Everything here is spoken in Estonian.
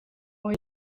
olin